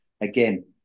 again